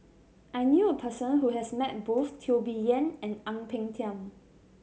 I knew a person who has met both Teo Bee Yen and Ang Peng Tiam